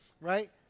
right